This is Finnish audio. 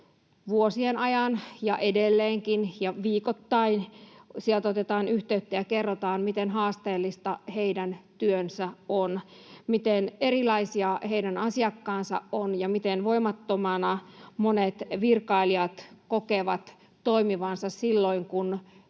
vuosien ajan ja edelleenkin ja viikoittain. Sieltä otetaan yhteyttä ja kerrotaan, miten haasteellista heidän työnsä on, miten erilaisia heidän asiakkaansa ovat ja miten voimattomana monet virkailijat kokevat toimivansa silloin, kun